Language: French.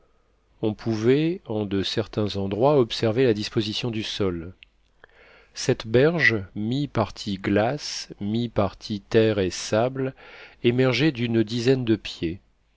on pouvait en de certains endroits observer la disposition du sol cette berge mi-partie glace mipartie terre et sable émergeait d'une dizaine de pieds